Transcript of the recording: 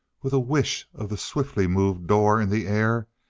with a whish of the swiftly moved door in the air,